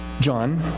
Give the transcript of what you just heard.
John